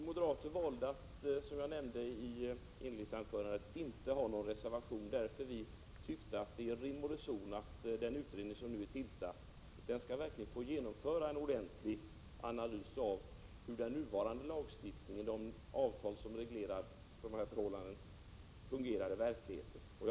Herr talman! Som jag nämnde i inledningsanförandet, valde vi moderater att inte avge någon reservation, för vi tyckte att det är rim och reson att den utredning som nu är tillsatt verkligen får genomföra en ordentlig analys av hur den nuvarande lagstiftningen och de avtal som reglerar förhållandena på arbetstidsområdet fungerar.